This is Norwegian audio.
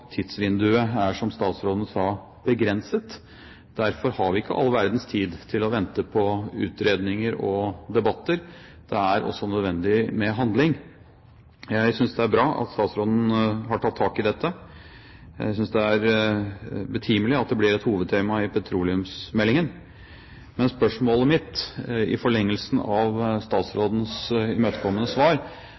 tidsvinduet er begrenset, som statsråden sa. Derfor har vi ikke all verdens tid til å vente på utredninger og debatter. Det er også nødvendig med handling. Jeg synes det er bra at statsråden har tatt tak i dette. Jeg synes det er betimelig at det ble et hovedtema i petroleumsmeldingen, men i forlengelsen av statsrådens imøtekommende svar,